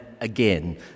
again